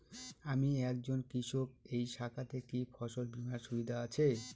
আমি একজন কৃষক এই শাখাতে কি ফসল বীমার সুবিধা আছে?